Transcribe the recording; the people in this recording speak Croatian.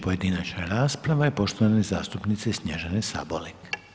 pojedinačna rasprava je poštovane zastupnice Snježane Sabolek.